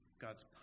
God's